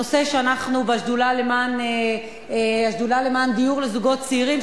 נושא שאנחנו בשדולה למען דיור לזוגות צעירים,